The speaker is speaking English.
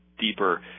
deeper